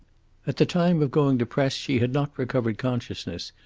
at the time of going to press she had not recovered consciousness,